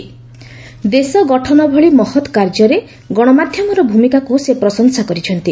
ଦେଶ ଗଠନ ଭଳି ମହତ କାର୍ଯ୍ୟରେ ଗଶମାଧ୍ୟମର ଭ୍ୟମିକାକୁ ସେ ପ୍ରଶଂସା କରିଚ୍ଚନ୍ତି